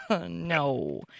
No